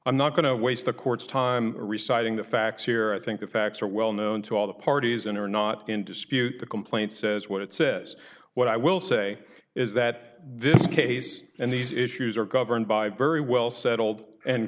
i'm not going to waste the court's time reciting the facts here i think the facts are well known to all the parties and are not in dispute the complaint says what it says what i will say is that this case and these issues are governed by very well settled and